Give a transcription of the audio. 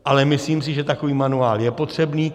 Ale myslím si, že takový manuál je potřebný.